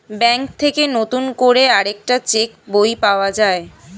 bank থেকে নতুন করে আরেকটা চেক বই পাওয়া যায়